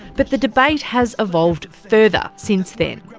but the debate has evolved further since then.